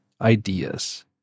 ideas